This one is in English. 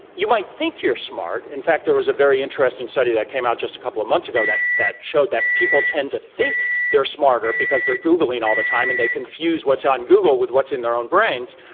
you might think you're smart. in fact, there was a very interesting study that came out just a couple of months ag o that that showed that people tend to think they're smarter because they're googling all the time, and they confuse what's on google with what's in their own brains.